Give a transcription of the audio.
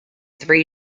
three